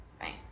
right